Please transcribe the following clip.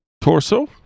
torso